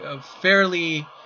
fairly